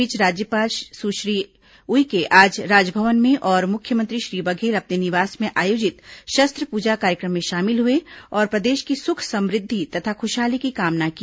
इस बीच राज्यपाल सुश्री उइके आज राजभवन में और मुख्यमंत्री श्री बघेल अपने निवास में आयोजित शस्त्र पूजा कार्यक्रम में शामिल हुए और प्रदेश की सुख समुद्धि तथा खुशहाली की कामना की